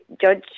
judge